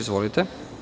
Izvolite.